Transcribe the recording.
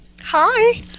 Hi